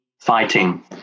fighting